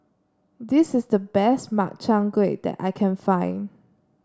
this is the best Makchang Gui that I can find